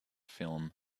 film